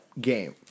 game